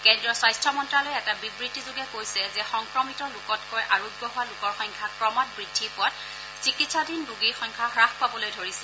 কেন্দ্ৰীয় স্বাস্থ্য মন্নালয়ে এটা বিবৃতিযোগে কৈছে যে সংক্ৰমিত লোকতকৈ আৰোগ্য হোৱা লোকৰ সংখ্যা ক্ৰমাৎ বৃদ্ধি পোৱাত চিকিৎসাধীন ৰোগীৰ সংখ্যা হাস পাবলৈ ধৰিছে